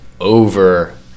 over